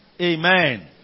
Amen